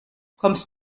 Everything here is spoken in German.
kommst